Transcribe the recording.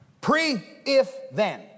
Pre-if-then